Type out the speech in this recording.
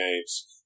games